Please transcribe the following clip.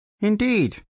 Indeed